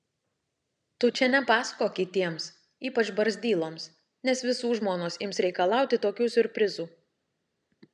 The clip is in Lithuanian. tu čia nepasakok kitiems ypač barzdyloms nes visų žmonos ims reikalauti tokių siurprizų